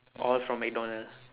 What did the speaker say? all from mcdonald